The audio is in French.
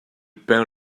peint